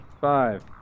Five